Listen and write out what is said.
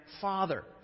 Father